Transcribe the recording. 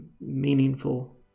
meaningful